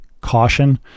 caution